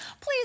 Please